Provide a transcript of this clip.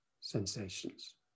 sensations